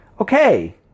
Okay